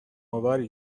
آوری